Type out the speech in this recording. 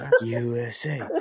USA